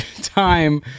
time